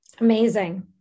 Amazing